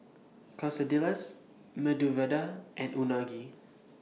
Quesadillas Medu Vada and Unagi